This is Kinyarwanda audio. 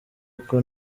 uko